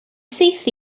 syth